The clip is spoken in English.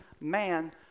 man